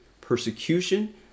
persecution